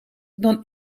dan